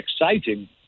exciting